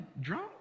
drunk